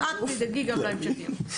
אז תדאגי גם להמשכיות.